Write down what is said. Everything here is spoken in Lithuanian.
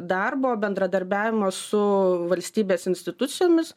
darbo bendradarbiavimo su valstybės institucijomis